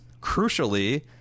crucially